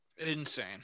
Insane